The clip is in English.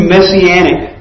Messianic